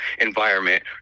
environment